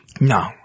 No